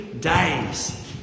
days